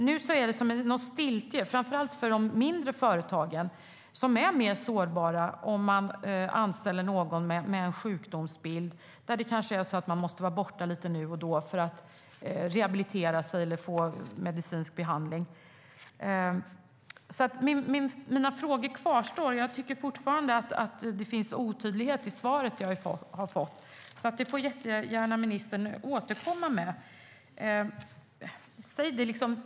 Nu råder stiltje för framför allt de mindre företagen. De är mer sårbara när de anställer någon med en sjukdomsbild som måste vara borta lite nu och då för rehabilitering eller för att få medicinsk behandling. Mina frågor kvarstår. Jag tycker fortfarande att statsrådets svar var otydligt. Ministern får gärna återkomma med fler svar.